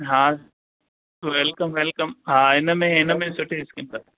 हा welcome welcome हा हिन में हिन में सुठी स्कीम अथव